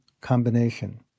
combination